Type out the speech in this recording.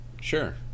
Sure